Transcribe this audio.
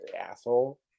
Asshole